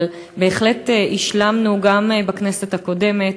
אבל בהחלט השלמנו גם בכנסת הקודמת,